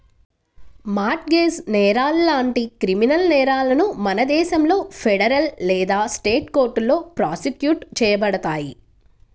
mart gauge నేరాలు లాంటి criminal నేరాలను మన దేశంలో ఫెడరల్ లేదా స్టేట్ కోర్టులో ప్రాసిక్యూట్ చేయబడతాయి